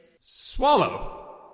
Swallow